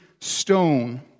stone